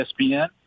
ESPN